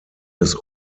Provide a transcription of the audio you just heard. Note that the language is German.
des